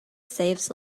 saves